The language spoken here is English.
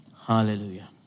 Hallelujah